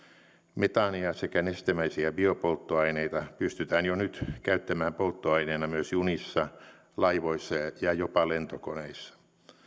metaania sekä nestemäisiä biopolttoaineita pystytään jo nyt käyttämään polttoaineena myös junissa laivoissa ja ja jopa lentokoneissa